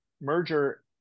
merger